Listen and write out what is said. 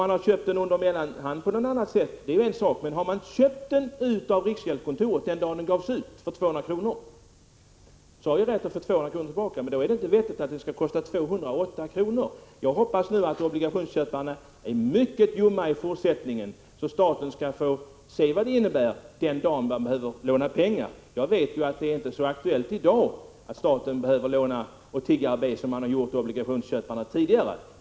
Har man köpt dem genom mellanhand eller på något annat sätt är det en annan sak, men har man köpt dem av riksgäldskontoret den dag de gavs ut, har man rätt att få 200 kr. tillbaka, och då är det inte vettigt att de från början skall kosta 208 kr. Jag hoppas att obligationsköparna kommer att vara mycket ljumma i fortsättningen, så att staten inservad detta innebär den dag man behöver låna pengar. Jag vet att det inte är aktuellt i dag att staten behöver tigga och be människor att köpa obligationer, som man behövde tidigare.